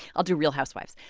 i'll do real housewives.